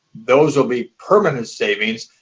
those will be permanent savings.